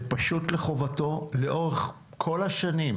זה פשוט לחובתו לאורך כל השנים.